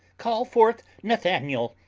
call forth nathaniel,